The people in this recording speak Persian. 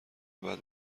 بعد